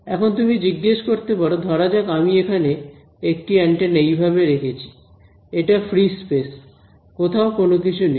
এখন তুমি জিজ্ঞেস করতে পারো ধরা যাক আমি এখানে একটি অ্যান্টেনা এইভাবে রেখেছি এটা ফ্রি স্পেস কোথাও কোন কিছু নেই